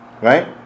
Right